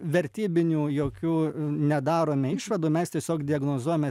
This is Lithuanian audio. vertybinių jokių nedarome išvadų mes tiesiog diagnozuojame